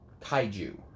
kaiju